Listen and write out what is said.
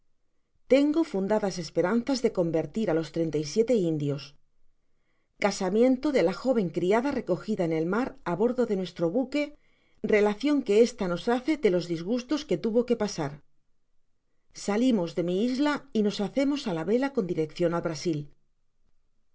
tengo fundadas esperanzas de convertir á los treinta y siete indios casamiento de la joven criada recogi da en el mar á bordo de nuestro buque reacwa que esta nos hace de los disgustos que tuvo que pasar salimos de mi isla y nos hacemosá la vela con dilec cion al brasil